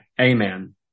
Amen